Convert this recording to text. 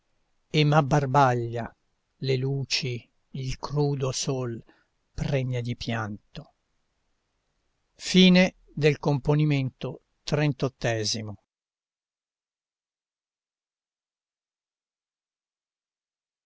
e m'abbarbaglia le luci il crudo sol pregne di pianto